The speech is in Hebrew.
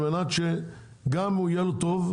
על מנת שליבואן יהיה טוב.